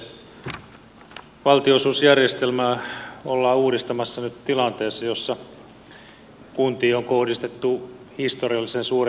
valtionosuusjärjestelmää ollaan uudistamassa nyt tilanteessa jossa kuntiin on kohdistettu historiallisen suuret valtionosuusleikkaukset